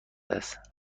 است